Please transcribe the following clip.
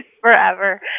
forever